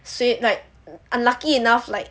sw~ like unlucky enough like